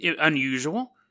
unusual